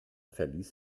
verließ